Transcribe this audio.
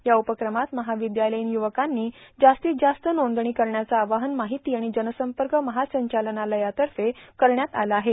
या उपक्रमात महाविद्यालयीन य्रवकांनी जास्तीत जास्त नोंदणी करण्याचं आवाहन माहिती आणि जनसंपर्क महासंचालनालयातर्फे करण्यात आलं आहे